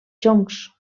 joncs